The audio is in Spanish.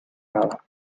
nada